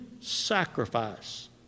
sacrifice